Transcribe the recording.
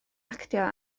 actio